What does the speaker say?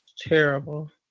terrible